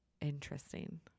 Interesting